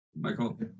Michael